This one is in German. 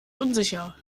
unsicher